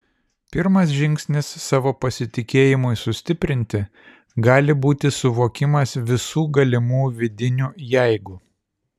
pirmas žingsnis savo pasitikėjimui sustiprinti gali būti suvokimas visų galimų vidinių jeigu